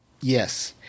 Yes